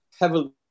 heavily